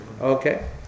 Okay